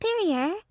Superior